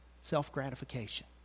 Self-gratification